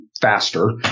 faster